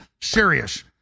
serious